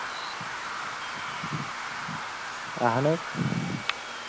اَہن حظ